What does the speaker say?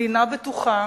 מדינה בטוחה